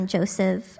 Joseph